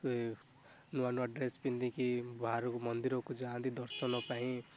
ନୂଆ ନୂଆ ଡ୍ରେସ ପିନ୍ଧିକି ବାହାରକୁ ମନ୍ଦିରକୁ ଯାଆନ୍ତି ଦର୍ଶନ ପାଇଁ